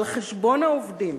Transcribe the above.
על חשבון העובדים,